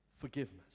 Forgiveness